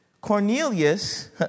Cornelius